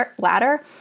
ladder